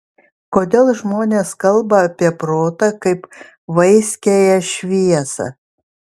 kodėl žmonės kalba apie protą kaip vaiskiąją šviesą